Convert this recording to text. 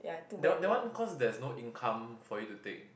that one that one cause there is no income for you to take